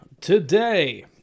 today